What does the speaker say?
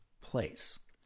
place